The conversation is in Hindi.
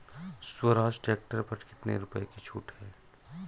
स्वराज ट्रैक्टर पर कितनी रुपये की छूट है?